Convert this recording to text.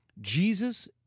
Jesus